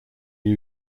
new